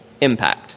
impact